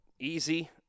easy